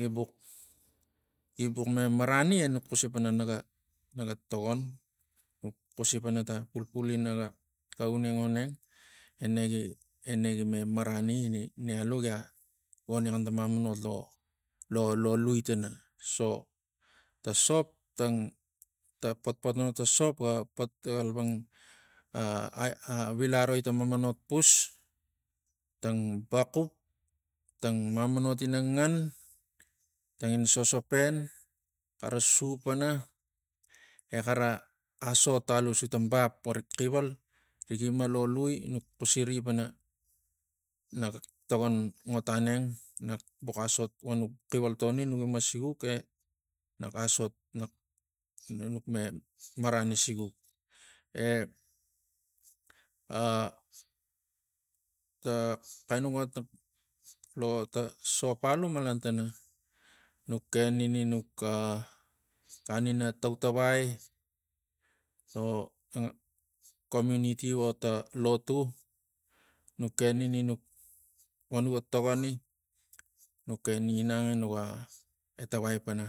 Gi bux- gi bux me marani emuk xusi pana naga naga togon nuk xusi pana tang pulpulina ga uneng unegi me marani ini ne alu gia goni xanta mamanot lo lo lui tana. So ta sop tang ta potpotono ta sop ga pat ga xalapang a- a ai a vilai roi tang mamanot pus tang baxup tang mamanot in a ngan tangina sosopen xara su pana e xara asot alu suta bap virok xivalring ima lo lui nuk xusiri pana nak tagon ngot aneng nak bux asot ro nuk xival tauni nuk ima siguk e- e nak asot nak ne nuk me marani siguk e a ta xainu ot ta sop alu malan tana nuk ken ini nuk a gan ina tautavai lo kominiti vo ta lotu nuk ken ini nuk vo nuga togoni nuken inang enuga etavai pana